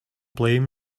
blame